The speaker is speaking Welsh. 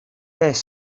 beth